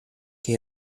ché